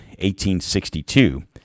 1862